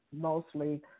mostly